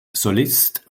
solist